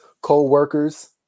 co-workers